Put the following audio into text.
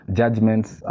judgments